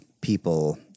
people